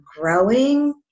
growing